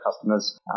customers